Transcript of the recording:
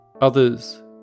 Others